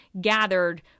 gathered